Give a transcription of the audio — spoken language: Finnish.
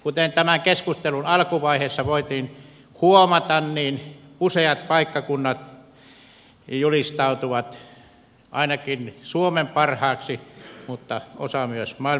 kuten tämän keskustelun alkuvaiheessa voitiin huomata useat paikkakunnat julistautuvat ainakin suomen parhaiksi mutta osa myös maailman parhaiksi